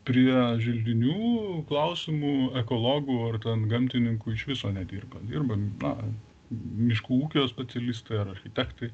prie želdinių klausimų ekologų ar ten gamtininkų iš viso nedirba dirba na miškų ūkio specialistai ar architektai